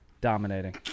dominating